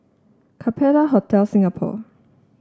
Capella Hotel Singapore